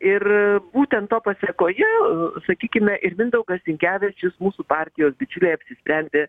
ir būtent to pasekoje sakykime ir mindaugas sinkevičius mūsų partijos bičiuliai apsisprendė